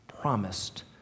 promised